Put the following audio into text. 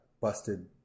busted